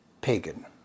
pagan